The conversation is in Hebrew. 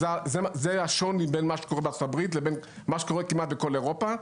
וזה השוני בין מה שקורה בארצות הברית לבין מה שקורה כמעט בכל אירופה.